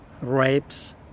rapes